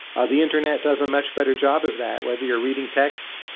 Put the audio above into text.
ah the internet does a much better job of that, whether you're reading text,